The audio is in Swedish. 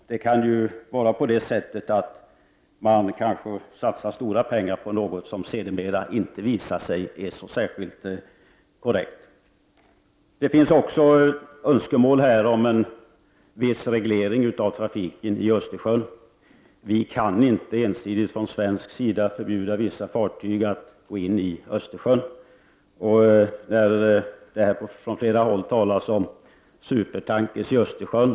Man kanske kan komma att satsa stora pengar på någonting som sedermera visar sig vara inte särskilt korrekt. Det finns här också önskemål om en viss reglering av trafiken i Östersjön. Vi kan inte ensidigt från svensk sida förbjuda vissa fartyg att gå in i Östersjön. Man har från flera håll talat om supertankrar i Östersjön.